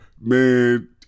man